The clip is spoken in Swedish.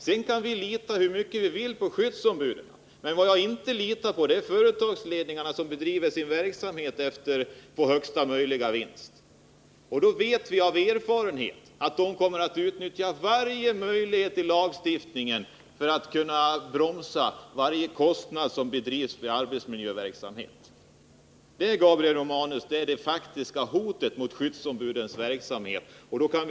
Jag litar också på skyddsombuden, men jag litar inte på företagsledningarna som bedriver sin verksamhet för att få högsta möjliga vinst. Vi vet av erfarenhet att de kommer att utnyttja varje möjlighet i lagstiftningen för att bromsa kostnaderna för arbetsmiljöverksamhet. De är det faktiska hotet mot skyddsombudens verksamhet.